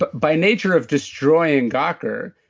but by nature of destroying gawker,